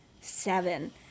seven